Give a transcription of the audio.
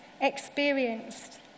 experienced